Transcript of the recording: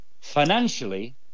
financially